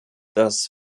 das